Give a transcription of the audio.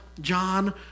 John